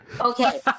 Okay